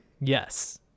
yes